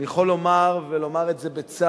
אני יכול לומר, ולומר את זה בצער,